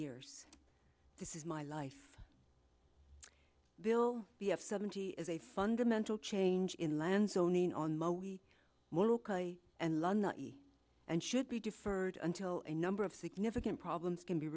years this is my life bill we have seventy is a fundamental change in land zoning on and and should be deferred until a number of significant problems can be